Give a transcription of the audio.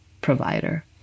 provider